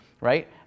right